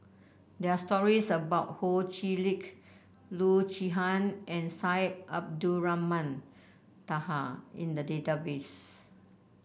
there are stories about Ho Chee Lick Loo Zihan and Syed Abdulrahman Taha in the database